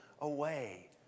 away